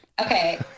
Okay